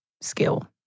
skill